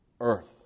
earth